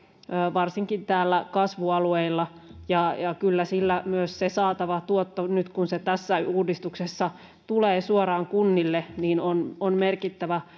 varsinkin täällä kasvualueilla ja ja kyllä myös sillä saatava tuotto nyt kun se tässä uudistuksessa tulee suoraan kunnille on kunnille merkittävä